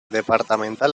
departamental